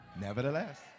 Nevertheless